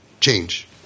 change